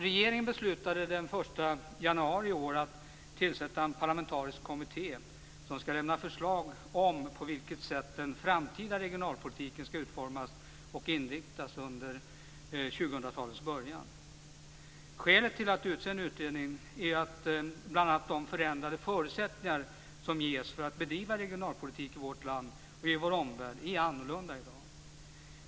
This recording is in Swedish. Regeringen beslutade den 1 januari i år att tillsätta en parlamentarisk kommitté som skall lämna förslag om på vilket sätt den framtida regionalpolitiken skall utformas och inriktas under 2000-talets början. Skälet till att utse en utredning är bl.a. att de förutsättningar som ges för att bedriva regionalpolitik i vårt land och i vår omvärld är annorlunda i dag.